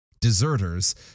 Deserters